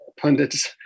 pundits